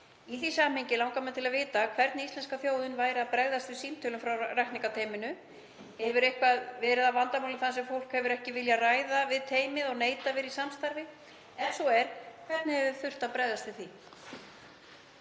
Í því samhengi langar mig til að vita hvernig íslenska þjóðin hefur brugðist við símtölum frá rakningarteyminu. Hefur eitthvað verið um vandamál þar sem fólk hefur ekki viljað ræða við teymið og neitað að vera í samstarfi? Ef svo er, hvernig hefur þurft að bregðast við því?